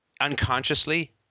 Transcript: unconsciously